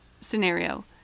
scenario